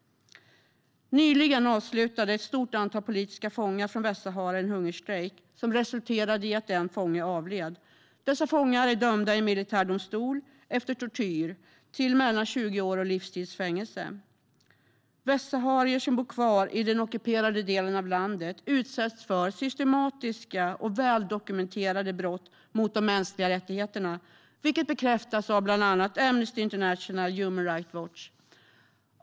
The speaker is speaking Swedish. Nyligen avslutade ett stort antal politiska fångar från Västsahara en hungerstrejk som resulterade i att en fånge avled. Dessa fångar är dömda i militärdomstol, efter tortyr, till mellan 20 års och livstids fängelse. Västsaharier som bor kvar i den ockuperade delen av landet utsätts för systematiska och väl dokumenterade brott mot de mänskliga rättigheterna, vilket bekräftas av bland annat Amnesty International och Human Rights Watch.